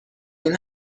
این